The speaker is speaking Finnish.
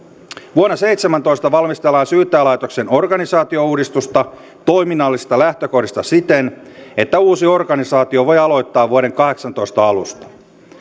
vuonna seitsemäntoista valmistellaan syyttäjänlaitoksen organisaatiouudistusta toiminnallisista lähtökohdista siten että uusi organisaatio voi aloittaa vuoden kahdeksantoista alusta